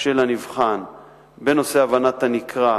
של הנבחן בהבנת הנקרא,